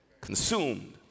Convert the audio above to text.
consumed